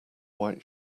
white